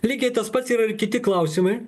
lygiai tas pats yra ir kiti klausimai